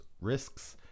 Risks